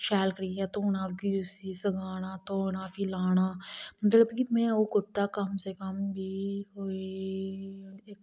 शैल करियै धोना फ्ही उसी सकाना धोना फ्ही लाना मतलब कि में ओह् कुर्ता कम से कम बी कोई